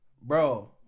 bro